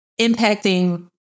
impacting